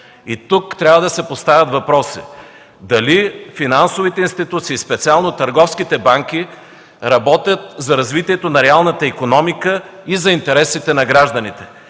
И тук трябва да се поставят въпроси дали финансовите институции и специално търговските банки, работят за развитието на реалната икономика и за интересите на гражданите